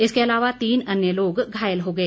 इसके अलावा तीन अन्य लोग घायल हो गए